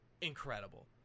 incredible